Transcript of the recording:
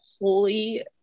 holy